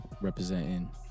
representing